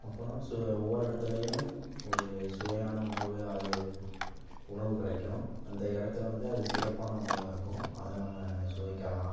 அப்புறம் சு ஒவ்வொரு இடத்துலையும் ஒரு சுவையான உணவு அது உணவு கிடைக்கும் அந்த இடத்துல வந்து அது சிறப்பான உணவாக இருக்கும் அதை நம்ம சுவைக்கலாம்